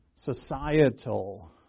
societal